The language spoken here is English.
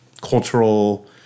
cultural